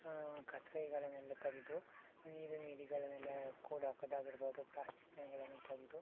ಕಸರೆಗಳನ್ನೆಲ್ಲ ತೆಗ್ದು ನೀರಿ ನೀಡಿಗಳನ್ನೆಲ್ಲ ಕೂಡಾಕೋದಾಗಿರ್ಬೋದು ಪ್ಲ್ಯಾಸ್ಟಿಕ್ಗಳನ್ನು ತೆಗ್ದು